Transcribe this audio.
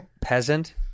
Peasant